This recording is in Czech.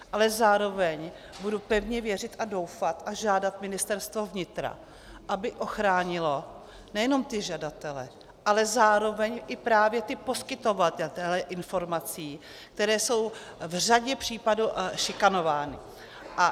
Ale zároveň budu pevně věřit, doufat a žádat Ministerstvo vnitra, aby ochránilo nejenom žadatele, ale právě i poskytovatele informací, kteří jsou v řadě případů šikanováni.